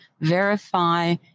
verify